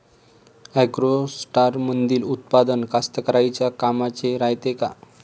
ॲग्रोस्टारमंदील उत्पादन कास्तकाराइच्या कामाचे रायते का?